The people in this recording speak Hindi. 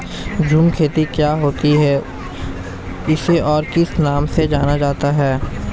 झूम खेती क्या होती है इसे और किस नाम से जाना जाता है?